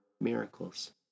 miracles